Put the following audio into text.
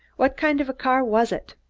what kind of a car was it?